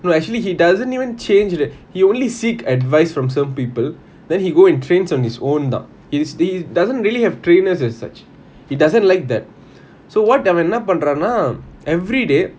no actually he doesn't even change it he only seek advice from some people then he go and trains on his own d~ he he doesn't really have trainers as such he doesn't like that so what அவன் என்ன பண்றன:avan enna panrana everyday